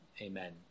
amen